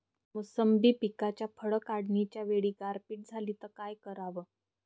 मोसंबी पिकावरच्या फळं काढनीच्या वेळी गारपीट झाली त काय कराव?